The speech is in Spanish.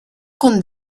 con